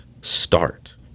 start